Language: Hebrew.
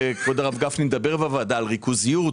וכבוד הרב גפני מדבר בוועדה על ריכוזיות,